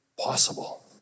possible